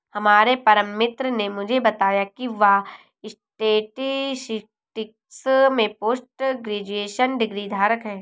हमारे परम मित्र ने मुझे बताया की वह स्टेटिस्टिक्स में पोस्ट ग्रेजुएशन डिग्री धारक है